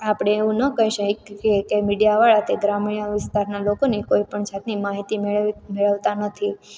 આપણે એવું ન કહી શકીએ કે મીડિયાવાળા ગ્રામીણ વિસ્તારના લોકોને કોઈપણ જાતની માહિતી મેળવતા નથી